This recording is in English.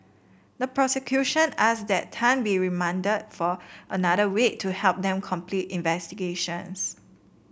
the prosecution asked that Tan be remanded for another week to help them complete investigations